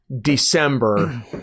December